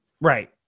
Right